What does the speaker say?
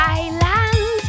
island